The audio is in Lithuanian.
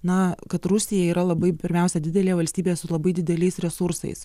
na kad rusija yra labai pirmiausia didelė valstybė su labai dideliais resursais